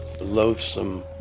loathsome